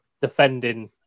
defending